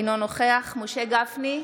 אינו נוכח משה גפני,